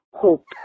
hope